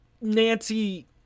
Nancy